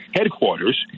headquarters